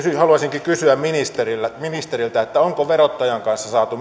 haluaisinkin kysyä ministeriltä onko myös verottajan kanssa saatu